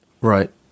Right